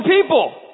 people